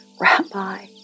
Rabbi